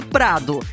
Prado